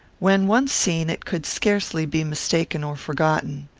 when once seen it could scarcely be mistaken or forgotten.